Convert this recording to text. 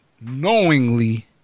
knowingly